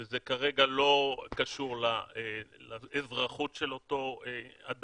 וזה כרגע לא קשור לאזרחות של אותו אדם.